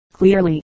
Clearly